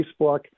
Facebook